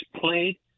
played